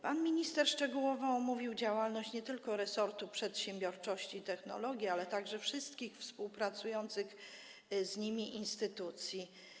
Pan minister szczegółowo omówił działalność nie tylko resortu przedsiębiorczości i technologii, ale także wszystkich współpracujących z nim instytucji.